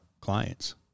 clients